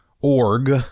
Org